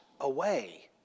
away